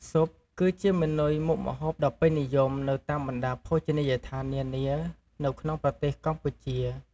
ស៊ុបគឺជាម៉ឺនុយមុខម្ហូបដ៏ពេញនិយមនៅតាមបណ្តាភោជនីយដ្ឋាននានានៅក្នុងប្រទេសកម្ពុជា។